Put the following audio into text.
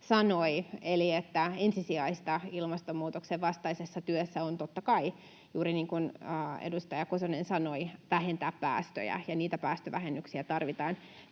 sanoi, eli että ensisijaista ilmastonmuutoksen vastaisessa työssä on totta kai, juuri niin kuin edustaja Kosonen sanoi, vähentää päästöjä, ja niitä päästövähennyksiä tarvitaan